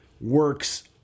works